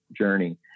journey